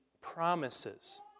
promises